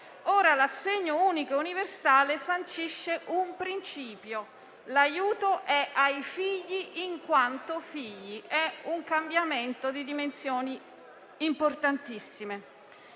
ora l'assegno unico e universale sancisce un principio: l'aiuto è ai figli in quanto figli. È un cambiamento di dimensioni importantissime.